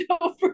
over